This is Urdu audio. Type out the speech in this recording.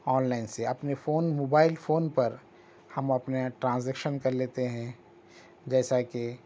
آنلائن سے اپنے فون موبائل فون پر ہم اپنے ٹرانزکشن کر لیتے ہیں جیسا کہ